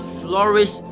flourish